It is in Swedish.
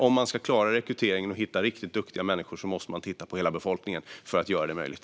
Om man ska klara rekryteringen och hitta riktigt duktiga människor måste man titta på hela befolkningen för att göra det möjligt.